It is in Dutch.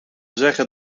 zeggen